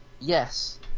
Yes